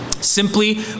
Simply